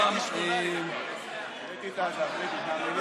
בכפוף לזה שהפלילי יצא ושזה קיים גם ככה בחוק הקיים,